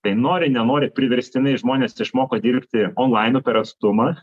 tai nori nenori priverstinai žmonės išmoko dirbti onlainu per atstumą